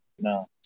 No